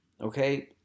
okay